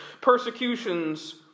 persecutions